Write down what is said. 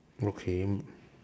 okay